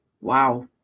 Wow